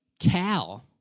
Cal